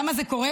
למה זה קורה?